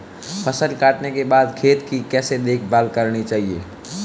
फसल काटने के बाद खेत की कैसे देखभाल करनी चाहिए?